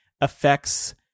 affects